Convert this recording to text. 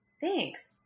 Thanks